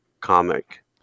comic